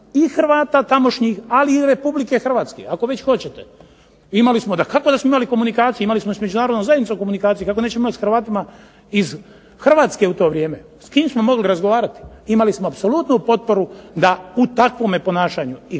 Hrvata tamošnjih ali i Republike Hrvatske ako već hoćete. Imali smo komunikaciju dakako da smo imali komunikaciju imali smo sa međunarodnom zajednicom komunikacije kako nećemo sa HRvatima iz Hrvatske u to vrijeme. S kim smo mogli razgovarati? Imali smo apsolutnu potporu u takvom ponašanju.